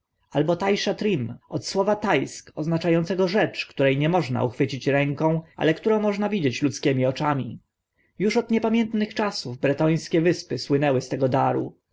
albo taishatrim od słowa taisk oznacza ącego rzecz które nie można uchwycić ręką ale którą można widzieć ludzkimi oczami już od niepamiętnych czasów bretońskie wyspy słynęły z tego daru